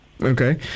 Okay